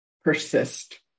persist